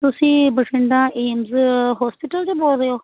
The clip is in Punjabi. ਤੁਸੀਂ ਬਠਿੰਡਾ ਏਮਜ ਹੋਸਪਿਟਲ ਤੋਂ ਬੋਲ ਰਹੇ ਹੋ